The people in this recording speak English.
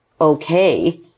okay